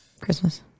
Christmas